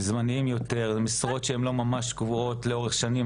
הם זמניים יותר ואלו משרות שהן לא ממש קבועות לאורך שנים.